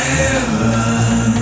heaven